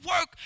work